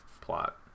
plot